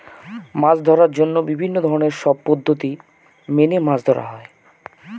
মাছ ধরার জন্য বিভিন্ন ধরনের সব পদ্ধতি মেনে মাছ ধরা হয়